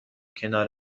کنار